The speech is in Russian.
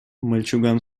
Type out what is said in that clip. мальчуган